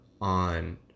on